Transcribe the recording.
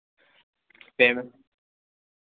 same